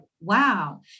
wow